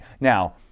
Now